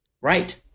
Right